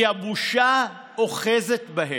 כי הבושה אוחזת בהם.